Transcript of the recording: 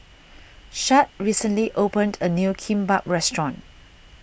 Shad recently opened a new Kimbap restaurant